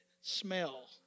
smell